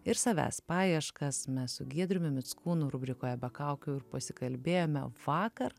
ir savęs paieškas mes su giedriumi mickūnu rubrikoje be kaukių ir pasikalbėjome vakar